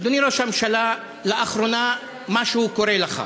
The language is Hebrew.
אדוני ראש הממשלה, לאחרונה משהו קורה לך,